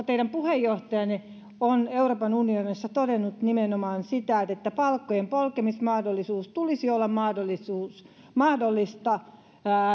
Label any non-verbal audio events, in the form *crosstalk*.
*unintelligible* teidän puheenjohtajanne on euroopan unionissa todennut nimenomaan että palkkojen polkemisen tulisi olla mahdollista